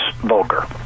vulgar